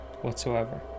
whatsoever